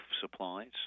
supplies